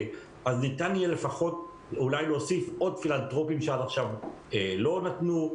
ניתן יהיה להוסיף עוד פילנטרופיים שעד עכשיו לא נתנו,